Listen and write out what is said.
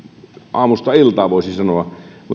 aamusta iltaan voisi sanoa